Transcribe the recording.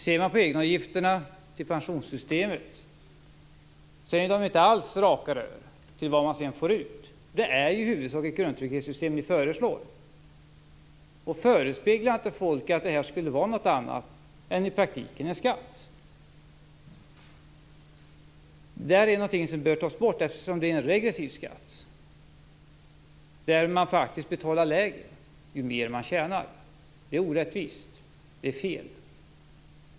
Ser man på egenavgifterna til pensionssystemet är det inte alls raka rör till vad man sedan får ut. Det är i huvudsak det grundtrygghetssystem ni föreslår. Förespegla inte människor att det i praktiken skulle vara något annat än en skatt. Det är någonting som bör tas bort, eftersom det är en regressiv skatt där man betalar mindre ju mer man tjänar. Det är orättvist, och det är fel.